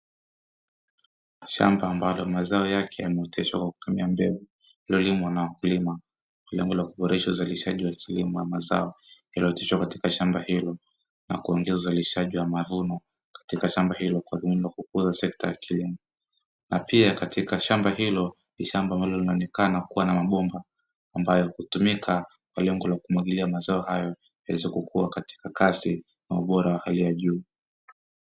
Shamba ambalo mazao yake yameoteshwa kwa kutumia mbegu lililolimwa na wakulima kwa lengo la kuboresha uzalishaji wa kilimo mazao yaliyooteshwa katika shamba hilo na kuongeza uzalishaji wa mavuno katika shamba hilo kwa lengo la kukuza sekta ya kilimo, na pia katika shamba hilo lishamba ambalo linaonekana kuwa na mabomba ambayo hutumika kwa lengo la kumwagilia mazao hayo yaweze kukua katika kasi na ubora wa hali ya juu.